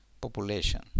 population